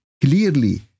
clearly